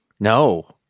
No